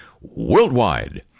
worldwide